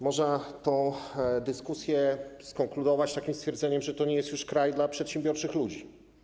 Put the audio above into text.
Można tę dyskusję skonkludować takim stwierdzeniem, że to nie jest już kraj dla przedsiębiorczych ludzi.